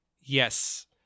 yes